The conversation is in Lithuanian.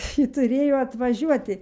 ši turėjo atvažiuoti